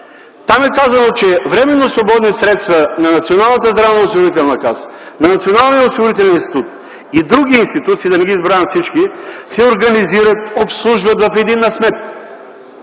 Там е казано, че „временно свободни средства на Националната здравноосигурителна каса, на Националния осигурителен институт и други институции”, да не ги изброявам всички – „...се организират, обслужват в единна сметка